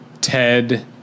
Ted